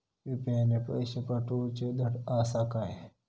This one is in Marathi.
यू.पी.आय ने पैशे पाठवूचे धड आसा काय?